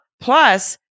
Plus